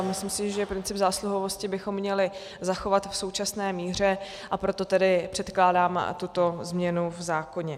Myslím si, že princip zásluhovosti bychom měli zachovat v současné míře, a proto tedy předkládám tuto změnu v zákoně.